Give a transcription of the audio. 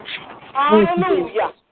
Hallelujah